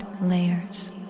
layers